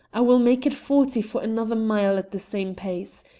i will make it forty for another mile at the same pace.